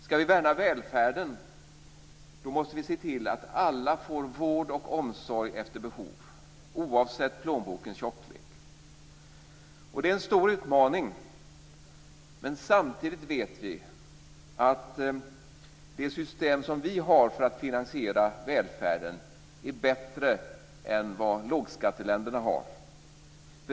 Skall vi värna välfärden, då måste vi se till att alla får vård och omsorg efter behov, oavsett plånbokens tjocklek. Det är en stor utmaning, men samtidigt vet vi att det system som vi har för att finansiera välfärden är bättre än vad lågskatteländerna har.